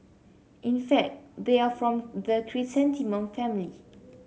in fact they are from the chrysanthemum family